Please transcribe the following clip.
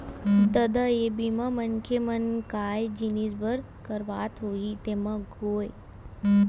ददा ये बीमा मनखे मन काय जिनिय बर करवात होही तेमा गोय?